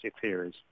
theories